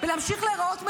להמשיך להיראות מנותקים,